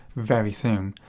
very soon.